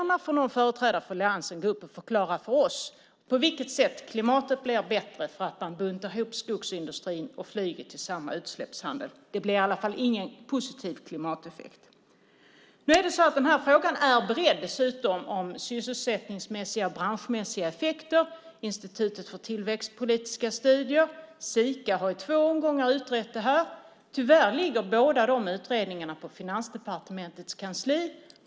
Någon företrädare för alliansen får gärna gå upp och förklara för oss på vilket sätt klimatet blir bättre för att man buntar ihop skogsindustrin och flyget i samma utsläppshandel. Det blir i alla fall ingen positiv klimateffekt. Frågan är dessutom beredd avseende sysselsättningsmässiga och branschmässiga effekter. Institutet för tillväxtpolitiska studier och Sika har i två omgångar utrett detta. Tyvärr ligger båda utredningarna på Finansdepartementets kansli.